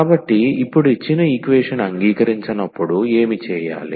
కాబట్టి ఇప్పుడు ఇచ్చిన ఈక్వేషన్ అంగీకరించనప్పుడు ఏమి చేయాలి